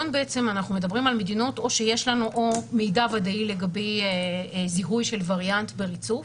אנחנו מדברים על מדינות שיש לנו מידע ודאי לגבי זיהוי של וריאנט בריצוף